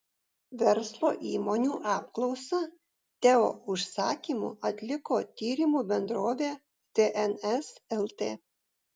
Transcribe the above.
verslo įmonių apklausą teo užsakymu atliko tyrimų bendrovė tns lt